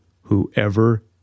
whoever